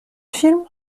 film